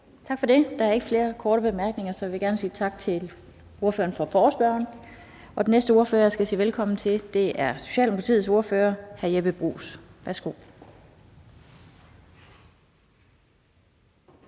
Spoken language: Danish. Tak for det. Der er ikke flere korte bemærkninger. Så jeg vil gerne sige tak til ordføreren for forespørgerne. Den næste ordfører, jeg skal sige velkommen til, er Socialdemokratiets ordfører, hr. Jeppe Bruus. Jeg